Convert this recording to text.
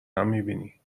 میبینی